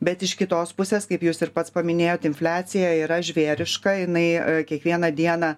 bet iš kitos pusės kaip jūs ir pats paminėjot infliacija yra žvėriška jinai kiekvieną dieną